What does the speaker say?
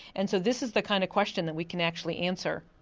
and so this is the kind of question that we can actually answer.